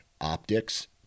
optics